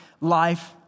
life